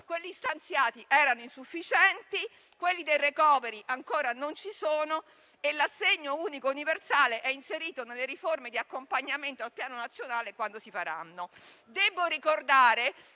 quelli stanziati erano insufficienti; quelli del *recovery* ancora non ci sono e l'assegno unico e universale è inserito nelle riforme di accompagnamento al Piano nazionale di ripresa